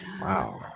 Wow